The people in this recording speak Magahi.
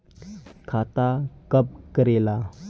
खाता कब करेला?